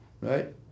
right